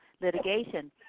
litigation